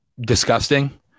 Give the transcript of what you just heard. disgusting